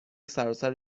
سراسر